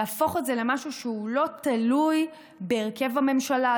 להפוך את זה למשהו שלא תלוי בהרכב הממשלה,